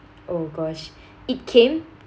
oh gosh it came